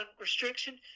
restriction